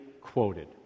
quoted